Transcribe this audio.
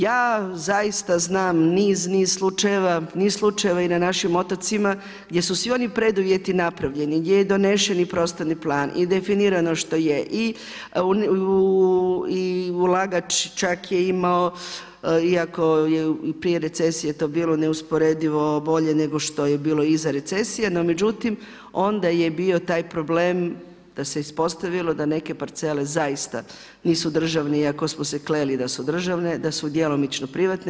Ja zaista znam niz, niz slučajeva, niz slučajeva i na našim otocima gdje su svi oni preduvjeti napravljeni, gdje je donesen i prostorni plan i definirano što je i ulagač čak je imao iako je prije recesije to bilo neusporedivo bolje nego što je bilo iza recesije, no međutim onda je bio taj problem da se ispostavilo da neke parcele zaista nisu državne iako smo se kleli da su državne, da su djelomično privatne.